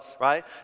right